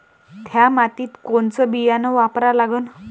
थ्या मातीत कोनचं बियानं वापरा लागन?